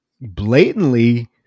blatantly